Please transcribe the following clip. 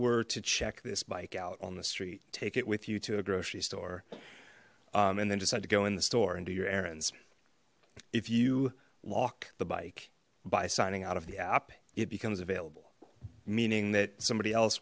were to check this bike out on the street take it with you to a grocery store and then just had to go in the store and do your errands if you lock the bike by signing out of the app it becomes available meaning that somebody else